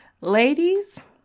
ladies